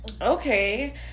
Okay